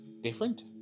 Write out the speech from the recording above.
different